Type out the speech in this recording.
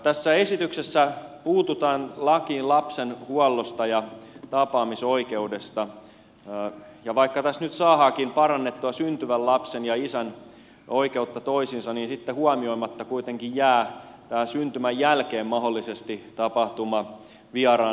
tässä esityksessä puututaan lakiin lapsen huollosta ja tapaamisoikeudesta ja vaikka tässä nyt saadaankin parannettua syntyvän lapsen ja isän oikeutta toisiinsa niin sitten huomioimatta kuitenkin jää tämä syntymän jälkeen mahdollisesti tapahtuva vieraannuttaminen